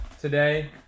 today